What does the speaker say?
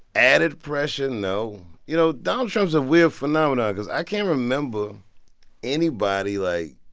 added pressure? no. you know, donald trump's a weird phenomena because i can't remember anybody, like,